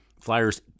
Flyers